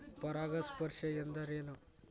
ಪರಾಗಸ್ಪರ್ಶ ಅಂದರೇನು?